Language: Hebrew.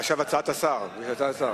השר הציע